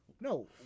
no